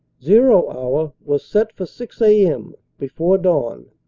zero hour was set for six a m, before dawn.